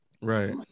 Right